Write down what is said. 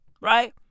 Right